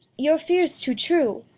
your fear's too true,